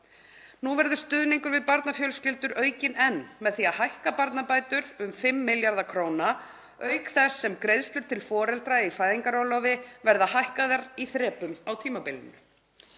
Nú verður stuðningur við barnafjölskyldur aukinn enn með því að hækka barnabætur um 5 milljarða kr. auk þess sem greiðslur til foreldra í fæðingarorlofi verða hækkaðar í þrepum á tímabilinu.